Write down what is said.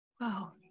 wow